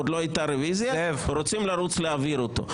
עוד לפני הרוויזיה ולהעביר אותו.